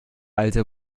alte